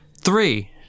Three